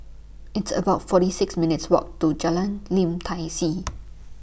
It's about forty six minutes' Walk to Jalan Lim Tai See